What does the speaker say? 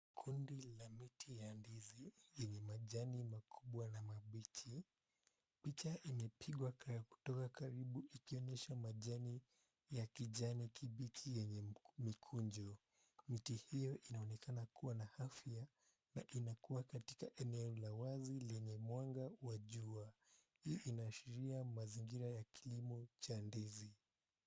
Kundi la miti ya ndizi yenye majani mkubwa na mabichi. Picha imepigwa kutoka karibu ikionyesha majani ya kijani kibichi yenye mkunjo. Hiti hiyo inaonekana kua na afya na inakua katika eneo la wazi lenye mwanga wa jua. Hii inaashiria mazingira ya kilimo cha ndizi.